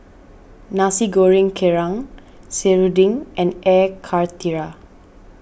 Nasi Goreng Kerang Serunding and Air Karthira